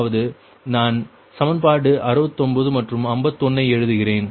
அதாவது நான் சமன்பாடு 69 மற்றும் 51 ஐ எழுதுகிறேன்